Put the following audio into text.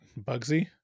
Bugsy